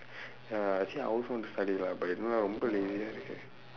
ya actually I also want to study lah but don't know lah ரொம்ப:rompa lazyaa இருக்கு:irukku